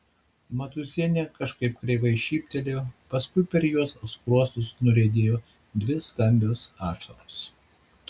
matūzienė kažkaip kreivai šyptelėjo paskui per jos skruostus nuriedėjo dvi stambios ašaros